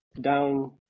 down